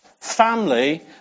Family